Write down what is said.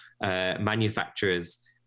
manufacturers